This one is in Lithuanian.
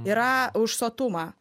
yra už sotumą